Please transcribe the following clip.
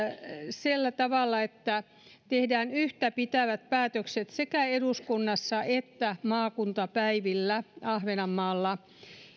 sillä tavalla että tehdään yhtäpitävät päätökset sekä eduskunnassa että maakuntapäivillä ahvenanmaalla